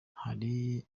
hari